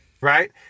right